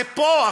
זה פה,